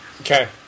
Okay